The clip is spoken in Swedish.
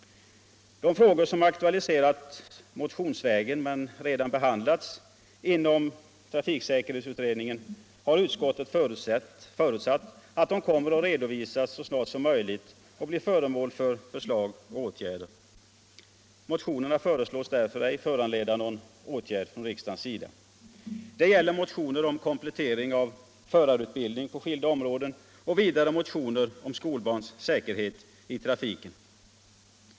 De frågor som aktualiserats motionsvägen men redan behandlats inom trafiksäkerhetsutredningen har utskottet förutsatt kommer att redovisas så snart som möjligt och bli föremål för förslag och åtgärder. Motionerna föreslås därför ej föranleda någon åtgärd från riksdagens sida. Det gäller motioner om komplettering av förarutbildning på skilda områden och vidare motioner om skolbarns säkerhet i trafiken.